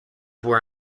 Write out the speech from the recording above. were